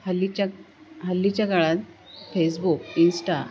हल्लीच्या हल्लीच्या काळात फेसबुक इंस्टा